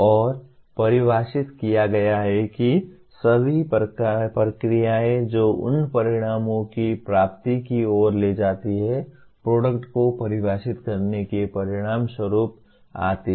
और परिभाषित किया गया है कि सभी प्रक्रियाएं जो उन परिणामों की प्राप्ति की ओर ले जाती हैं प्रोडक्ट को परिभाषित करने के परिणामस्वरूप आती हैं